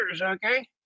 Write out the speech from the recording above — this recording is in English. okay